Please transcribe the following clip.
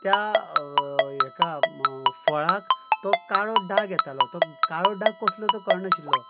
त्या हाका फळाक तो काळो दाग येतालो तो काळो दाग कसलो तो कळनाशिल्लो